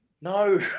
no